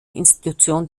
institution